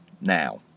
now